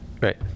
right